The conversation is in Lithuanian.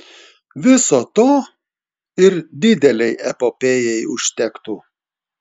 viso to ir didelei epopėjai užtektų